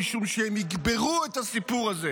משום שהם יקברו את הסיפור הזה,